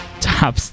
Top –